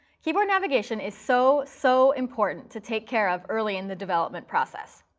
keyboard navigation is so, so important to take care of early in the development process.